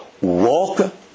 walk